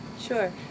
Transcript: Sure